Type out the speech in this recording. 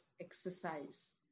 exercise